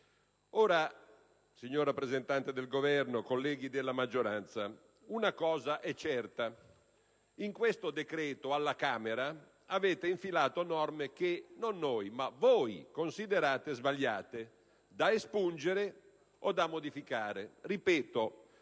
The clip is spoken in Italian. Ora, signor rappresentante del Governo, colleghi della maggioranza, una cosa è certa: in questo decreto, alla Camera, avete infilato norme che non noi, ma voi considerate sbagliate, da espungere o da modificare. Ripeto: